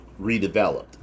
redeveloped